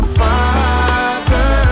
father